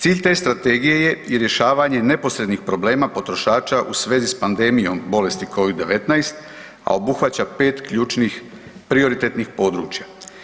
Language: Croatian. Cilj te Strategije je i rješavanje neposrednih problema potrošača u svezi s pandemijom bolesti Covid-19, a obuhvaća 5 ključnih prioritetnih područja.